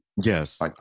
Yes